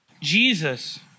Jesus